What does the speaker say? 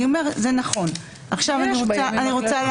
בכל מקרה,